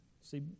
See